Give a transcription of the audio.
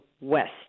west